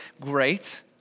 great